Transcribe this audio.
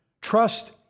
trust